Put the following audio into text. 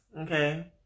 okay